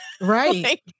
Right